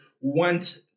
went